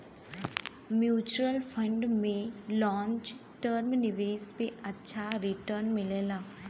mutual fund में long term निवेश पे अच्छा रीटर्न मिलला